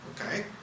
Okay